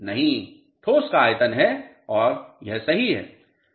नहीं ठोस का आयतन है और सही है